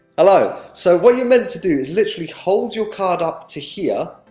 hello! so, what you're meant to do, is literally hold your card up to here,